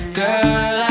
girl